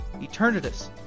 Eternatus